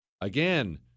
Again